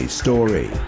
story